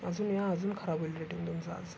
अजून या अजून खराब होईल रेटिंग तुमचं आज